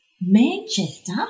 Manchester